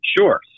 Sure